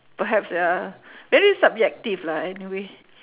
perhaps ya very subjective lah anyway